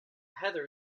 heather